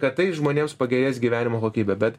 kad taip žmonėms pagerės gyvenimo kokybė bet